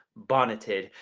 bonnetted,